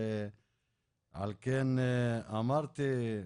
על כן אמרתי,